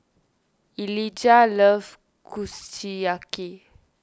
Elijah loves Kushiyaki